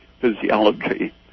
physiology